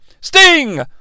Sting